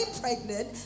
pregnant